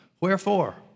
Wherefore